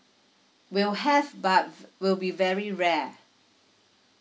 will have but will be very rare